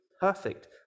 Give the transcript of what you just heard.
perfect